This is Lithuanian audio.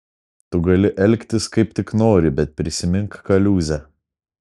tu gali elgtis kaip tik nori bet prisimink kaliūzę